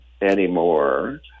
anymore